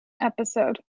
episode